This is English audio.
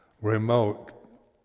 remote